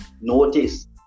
Notice